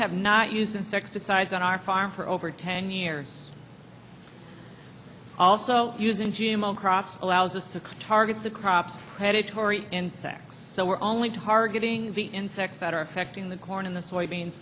have not used insecticides on our farm for over ten years also using g m o crops allows us to target the crops predatory insects so we're only targeting the insects that are affecting the corn in the soybeans